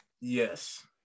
Yes